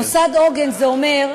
מוסד עוגן זה אומר,